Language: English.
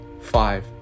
Five